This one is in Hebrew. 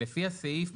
לפי הסעיף,